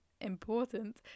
important